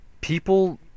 people